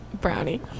Brownie